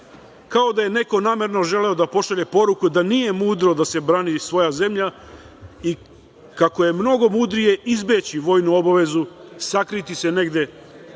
Kao, da je neko namerno želeo da pošalje poruku da nije mudro da se brani svoja zemlja i kako je mnogo mudrije izbeći vojnu obavezu, sakriti se negde